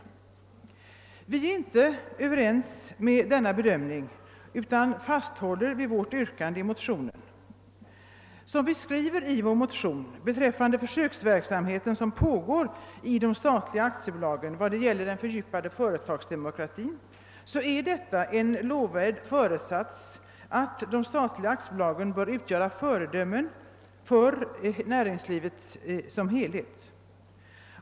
Vi är inte överens i denna bedömning utan fasthåller vid vårt yrkande i motionen. Beträffande försöksverksamheten i de statliga aktiebolagen om en fördjupad företagsdemokrati skriver vi i motionen att det är en lovvärd föresats att de statliga aktiebola gen bör utgöra föredömen för näringslivet som helhet.